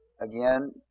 Again